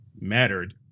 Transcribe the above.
mattered